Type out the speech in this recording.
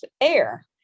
air